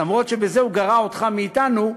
אף שבזה הוא גרע אותך מאתנו,